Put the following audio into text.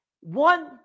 One